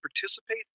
participate